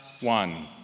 one